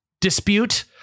dispute